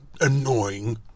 annoying